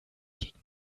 gegen